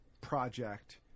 project